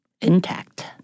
Intact